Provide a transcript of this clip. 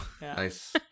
Nice